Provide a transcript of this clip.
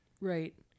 right